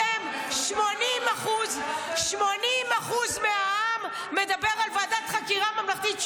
--- 80% מהעם מדברים על ועדת חקריה ממלכתית,